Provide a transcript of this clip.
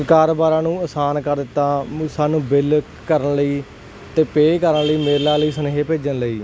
ਕਾਰੋਬਾਰਾਂ ਨੂੰ ਆਸਾਨ ਕਰ ਦਿੱਤਾ ਵੀ ਸਾਨੂੰ ਬਿਲ ਕਰਨ ਲਈ ਤੇ ਪੇ ਕਰਨ ਲਈ ਮੇਲ ਰਾਹੀ ਸੁਨੇਹੇ ਭੇਜਣ ਲਈ